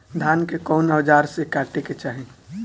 धान के कउन औजार से काटे के चाही?